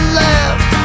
left